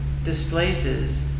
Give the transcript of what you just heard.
displaces